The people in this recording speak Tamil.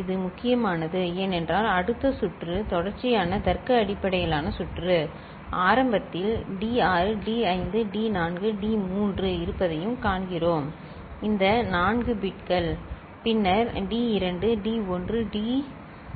இது முக்கியமானது ஏனென்றால் அடுத்த சுற்று தொடர்ச்சியான தர்க்க அடிப்படையிலான சுற்று ஆரம்பத்தில் டி 6 டி 5 டி 4 டி 3 இருப்பதையும் காண்கிறோம் இந்த 4 பிட்கள் பின்னர் டி 2 டி 1 டி